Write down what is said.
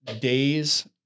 days